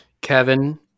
Kevin